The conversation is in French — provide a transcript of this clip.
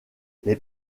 les